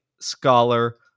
Scholar